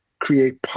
create